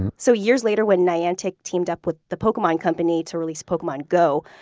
so years later when niantic teamed up with the pokemon company to release pokemon go,